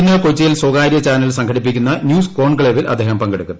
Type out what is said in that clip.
ഇന്ന് കൊച്ചിയിൽ സ്വകാര്യ ചാനൽ സംഘടിപ്പിക്കുന്ന ന്യൂസ് കോൺക്ലേവിൽ അദ്ദേഹം പങ്കെടുക്കും